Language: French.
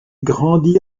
grandit